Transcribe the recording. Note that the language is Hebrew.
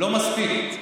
לא מספיק.